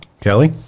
Kelly